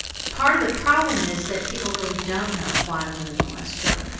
part of the problem is that people really don't know why women molest children.